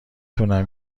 تونم